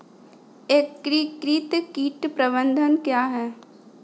एकीकृत कीट प्रबंधन क्या है?